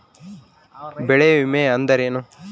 ಬೆಳೆ ವಿಮೆ ಅಂದರೇನು?